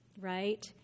right